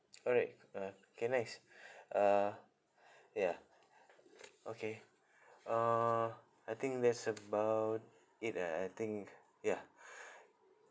all right ah K nice uh yeah okay uh I think that's about it ah I think yeah